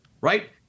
Right